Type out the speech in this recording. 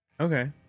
Okay